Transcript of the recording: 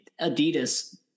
Adidas